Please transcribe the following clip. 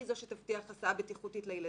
זה מה שיבטיח הסעה בטיחותית לילדים.